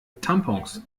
tampons